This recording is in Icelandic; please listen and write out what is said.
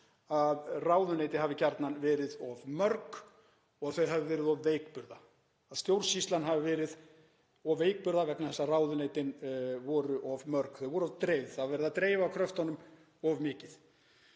að ráðuneyti hafi gjarnan verið of mörg og þau hafi verið of veikburða, stjórnsýslan hafi verið of veikburða vegna þess að ráðuneytin voru of mörg. Þau voru of dreifð, það var verið að dreifa kröftunum of mikið.